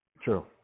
True